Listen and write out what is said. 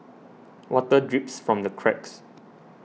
water drips from the cracks